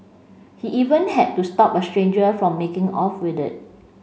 he even had to stop a stranger from making off with it